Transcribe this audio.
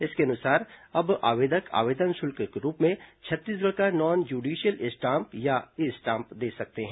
इसके अनुसार अब आवेदक आवेदन शुल्क के रूप में छत्तीसगढ़ का नॉन ज्यूडिशियल स्टाम्प या ई स्टाम्प दे सकते हैं